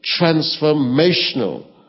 transformational